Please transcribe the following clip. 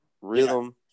rhythm